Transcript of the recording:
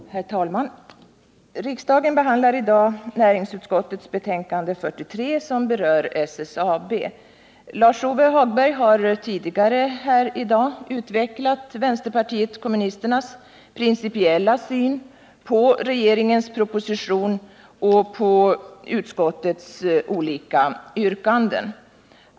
Herr talman! Riksdagen behandlar i dag näringsutskottets betänkande nr 43 som berör SSAB. Lars-Ove Hagberg har här tidigare i dag utvecklat vpk:s principiella syn på regeringens proposition och utskottets olika yrkanden.